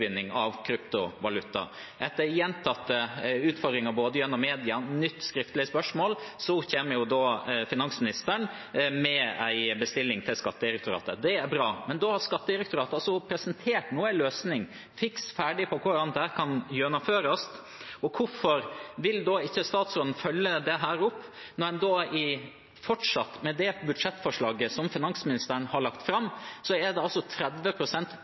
av kryptovaluta. Etter gjentatte utfordringer, både gjennom media og gjennom nytt skriftlig spørsmål, kommer finansministeren med en bestilling til Skattedirektoratet. Det er bra. Skattedirektoratet har nå presentert en fiks ferdig løsning for hvordan det kan gjennomføres. Hvorfor vil da ikke statsråden følge dette opp? I det budsjettforslaget som finansministeren har lagt fram, er det